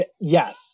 Yes